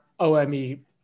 OME